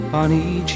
Bonnie